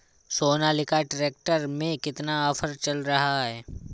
Sonalika tractor में कितना offer चल रहा है?